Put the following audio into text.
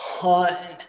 ton